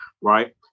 right